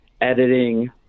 editing